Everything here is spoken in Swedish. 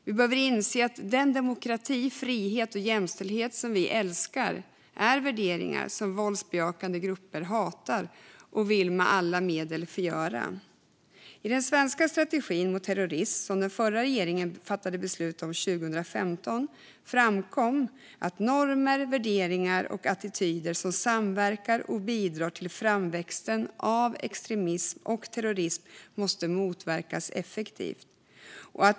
Vi behöver inse att den demokrati, frihet och jämställdhet som vi älskar är värderingar som våldsbejakande grupper hatar och med alla medel vill förgöra. I den svenska strategin mot terrorism som den förra regeringen fattade beslut om 2015 framkom att normer, värderingar och attityder som samverkar och bidrar till framväxten av extremism och terrorism måste motverkas effektivt.